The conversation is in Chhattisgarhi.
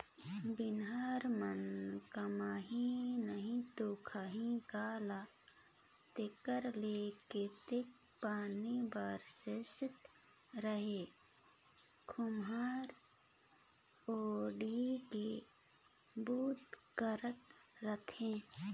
बनिहार मन कमाही नही ता खाही काला तेकर ले केतनो पानी बरसत रहें खोम्हरा ओएढ़ के बूता करत रहथे